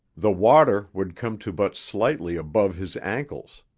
the water would come to but slightly above his ankles.